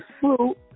fruit